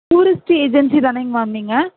tourist agency தானங்க ma'am நீங்கள்